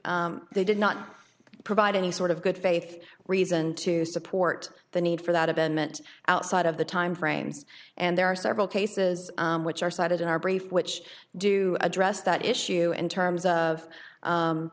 h they did not provide any sort of good faith reason to support the need for that had been meant outside of the time frames and there are several cases which are cited in our brief which do address that issue in terms of